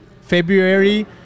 February